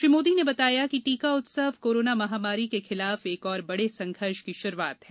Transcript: श्री मोदी ने बताया कि टीका उत्सव कोरोना महामारी के खिलाफ एक और बड़े संघर्ष की शुरूआत है